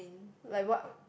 like what